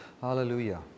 hallelujah